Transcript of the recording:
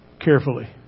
carefully